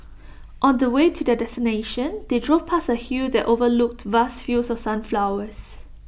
on the way to their destination they drove past A hill that overlooked vast fields of sunflowers